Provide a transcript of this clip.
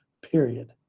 period